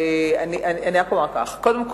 אני רק אומר כך: קודם כול,